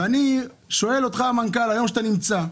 אני שואל אותך המנכ"ל, היום כשאתה נמצא,